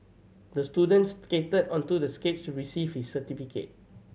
the students skated onto the stage to receive his certificate